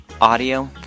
Audio